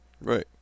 Right